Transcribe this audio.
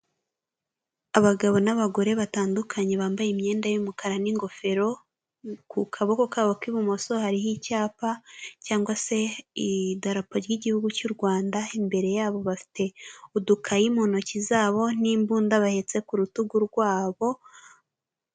Abagabo n'abagore batandukanye bambaye imyenda y'umukara n'ingofero ku kaboko kabo k'ibumoso hariho icyapa cyangwa se idarapa ry'igihugu cy'u Rwanda, imbere yabo bafite udukayi mu ntoki zabo n'imbunda bahetse ku rutugu rwabo.